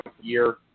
year